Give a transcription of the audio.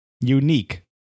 unique